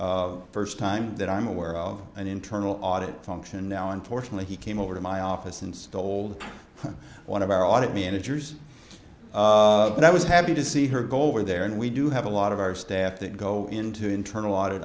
organization first time that i'm aware of an internal audit function now unfortunately he came over to my office and told one of our audit managers that i was happy to see her go over there and we do have a lot of our staff that go into internal audit